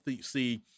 see